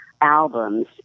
albums